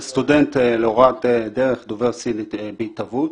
אני סטודנט להוראת דרך, דובר סינית בהתהוות.